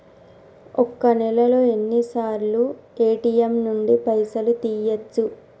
ఒక్క నెలలో ఎన్నిసార్లు ఏ.టి.ఎమ్ నుండి పైసలు తీయచ్చు?